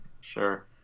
Sure